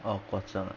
orh 国政